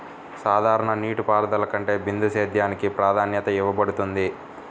సాధారణ నీటిపారుదల కంటే బిందు సేద్యానికి ప్రాధాన్యత ఇవ్వబడుతుంది